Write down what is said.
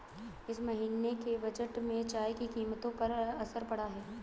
इस महीने के बजट में चाय की कीमतों पर असर पड़ा है